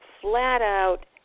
flat-out